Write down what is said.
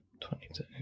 twenty-two